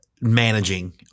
managing